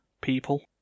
people